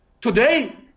today